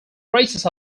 traces